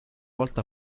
volta